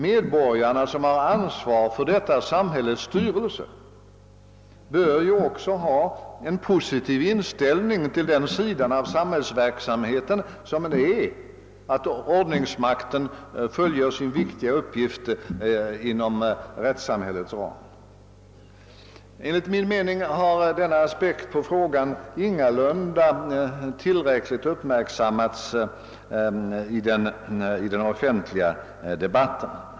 Medborgarna som har ansvaret för detta samhälles styrelse bör ju också ha en positiv inställning till den sida av samhällsverksamheten som består i att ordningsmakten fullgör sin viktiga uppgift inom rättssamhällets ram. Enligt min mening har denna aspekt på frågan inte tillräckligt uppmärksammats i den offentliga debatten.